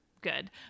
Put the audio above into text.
good